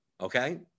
okay